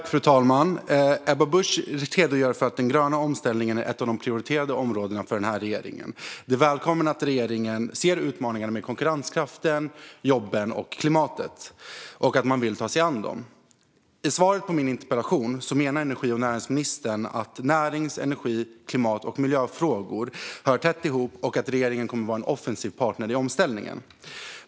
Fru talman! Ebba Busch redogör för att den gröna omställningen är ett av de prioriterade områdena för den här regeringen. Det är välkommet att regeringen ser utmaningarna med konkurrenskraften, jobben och klimatet och vill ta sig an dem. I svaret på min interpellation menar energi och näringsministern att närings, energi, klimat och miljöfrågor hör tätt ihop och att regeringen kommer att vara en offensiv partner i omställningen.